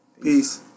peace